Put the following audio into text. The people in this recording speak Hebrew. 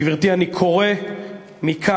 גברתי, אני קורא מכאן,